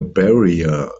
barrier